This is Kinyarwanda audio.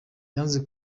yanze